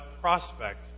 prospect